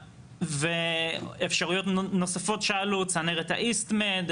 אפשרויות נוספות שעלו - צנרת האיסטמד,